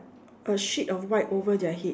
a sheet of white over their head